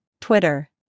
Twitter